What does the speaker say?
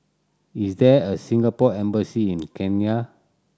is there a Singapore Embassy in Kenya